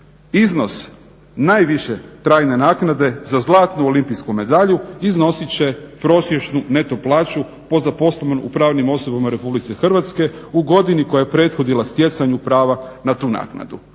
iznos najviše trajne naknade za zlatnu olimpijsku medalju iznositi će prosječnu neto plaću po zaposlenom u pravnim osobama Republici Hrvatske u godini koja je prethodila stjecanju prava na tu naknadu.